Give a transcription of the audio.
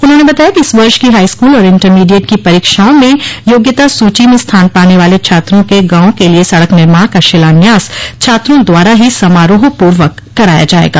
उन्होंने बताया कि इस वर्ष की हाईस्कूल और इंटरमीडिएट की परीक्षाओं में योग्यता सूची में स्थान पाने वाले छात्रों के गांवों के लिए सड़क निर्माण का शिलान्यास छात्रों द्वारा ही समारोह पूर्वक कराया जायेगा